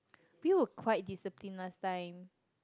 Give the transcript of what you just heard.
we were quite disciplined last time